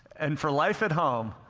and for life at home,